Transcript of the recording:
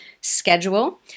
schedule